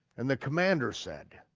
and the commander said,